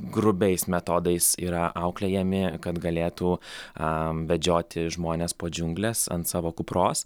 grubiais metodais yra auklėjami kad galėtų a vedžioti žmones po džiungles ant savo kupros